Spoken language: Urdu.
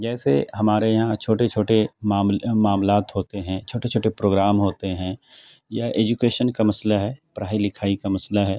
جیسے ہمارے یہاں چھوٹے چھوٹے معاملات ہوتے ہیں چھوٹے چھوٹے پروگرام ہوتے ہیں یا ایجوکیشن کا مسئلہ ہے پڑھائی لکھائی کا مسئلہ ہے